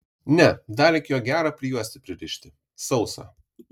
ne dar reikėjo gerą prijuostę pririšti sausą